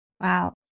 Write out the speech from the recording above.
Wow